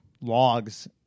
logs